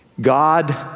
God